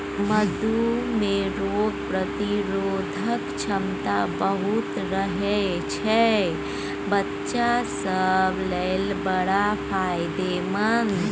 मधु मे रोग प्रतिरोधक क्षमता बहुत रहय छै बच्चा सब लेल बड़ फायदेमंद